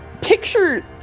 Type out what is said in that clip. Picture